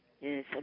Yes